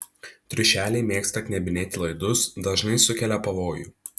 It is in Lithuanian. triušeliai mėgsta knebinėti laidus dažnai sukelia pavojų